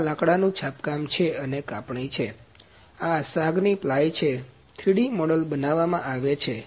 તેથી આ લાકડાનું છાપકામ અને કાપણી છે આ સાગની પ્લાય છે 3D મોડેલ બનાવવામાં આવે છે